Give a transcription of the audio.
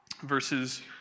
verses